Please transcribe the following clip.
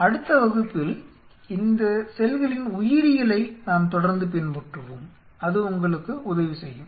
அடுத்த வகுப்பில் இந்த செல்களின் உயிரியலை நாம் தொடர்ந்து பின்பற்றுவோம் அது உங்களுக்கு உதவி செய்யும்